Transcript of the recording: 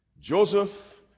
joseph